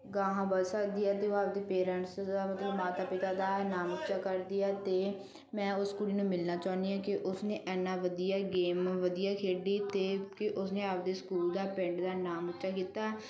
ਅਗਾਂਹ ਵਧ ਸਕਦੀ ਹੈ ਅਤੇ ਉਹ ਆਪ ਦੇ ਪੇਰੈਂਟਸ ਦਾ ਮਤਲਬ ਮਾਤਾ ਪਿਤਾ ਦਾ ਨਾਮ ਉੱਚਾ ਕਰਦੀ ਹੈ ਅਤੇ ਮੈਂ ਉਸ ਕੁੜੀ ਨੂੰ ਮਿਲਣਾ ਚਾਹੁੰਦੀ ਹਾਂ ਕਿ ਉਸਨੇ ਇੰਨਾ ਵਧੀਆ ਗੇਮ ਵਧੀਆ ਖੇਡੀ ਅਤੇ ਕਿ ਉਸਨੇ ਆਪ ਦੇ ਸਕੂਲ ਦਾ ਪਿੰਡ ਦਾ ਨਾਮ ਉੱਚਾ ਕੀਤਾ